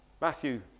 Matthew